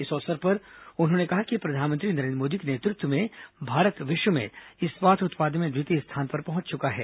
इस अवसर पर उन्होंने कहा कि प्रधानमंत्री नरेन्द्र मोदी के नेतृत्व में भारत विश्व में इस्पात उत्पादन में द्वितीय स्थान पर पहुंच चुका है